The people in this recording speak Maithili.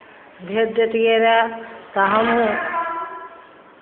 भेज दैतियै रहए तऽ हमहूँ